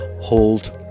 hold